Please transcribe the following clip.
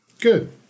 Good